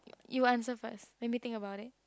you answer first let me think about it